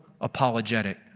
apologetic